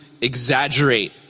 exaggerate